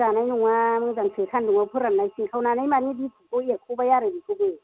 जानाय नङा मोजांसो सानदुङाव फोरान्नाय सिनखावनानै मानि बिखबखौ एरख'बाय आरो बेखौबो